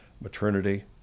maternity